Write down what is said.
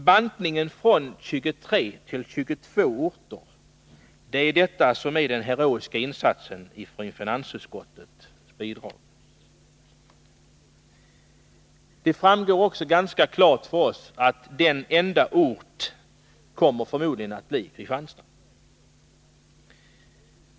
Bantningen från 23 till 22 orter är finansutskottets heroiska insats. Det framgår också ganska klart att Kristianstad förmodligen blir den enda ort som mister sitt kontor.